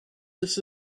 this